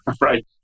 right